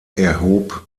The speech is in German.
erhob